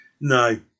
No